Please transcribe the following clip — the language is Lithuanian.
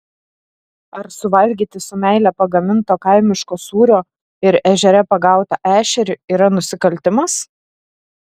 ar suvalgyti su meile pagaminto kaimiško sūrio ir ežere pagautą ešerį yra nusikaltimas